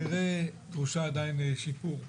כנראה דרושה שיפור.